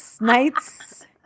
nights